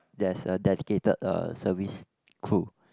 there's a dedicated uh service crew